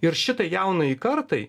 ir šitai jaunajai kartai